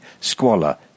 squalor